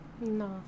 No